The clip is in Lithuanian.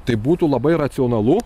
tai būtų labai racionalu